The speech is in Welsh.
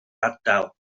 ardal